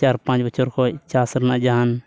ᱪᱟᱨ ᱯᱟᱸᱪ ᱵᱚᱪᱷᱚᱨ ᱠᱷᱚᱱ ᱪᱟᱥ ᱨᱮᱱᱟᱜ ᱡᱟᱦᱟᱱ